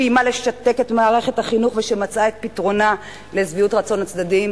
שאיימה לשתק את מערכת החינוך ושמצאה את פתרונה לשביעות רצון הצדדים,